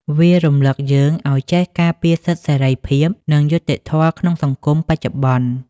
វារំលឹកយើងឱ្យចេះការពារសិទ្ធិសេរីភាព និងយុត្តិធម៌ក្នុងសង្គមបច្ចុប្បន្ន។